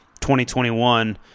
2021